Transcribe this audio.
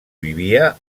vivia